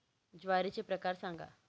ज्वारीचे प्रकार सांगा